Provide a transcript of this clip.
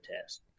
test